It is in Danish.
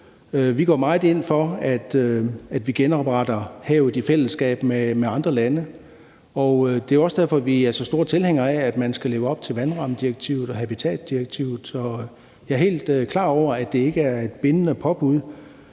Vi går meget ind for at genoprette havet i fællesskab med andre lande, og det er også derfor, vi er så store tilhængere af, at man skal leve op til vandrammedirektivet og habitatdirektivet. Jeg er fuldstændig klar over, at det ikke er et bindende påbud.